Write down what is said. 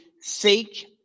seek